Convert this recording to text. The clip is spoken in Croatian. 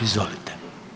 Izvolite.